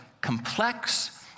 complex